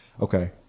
Okay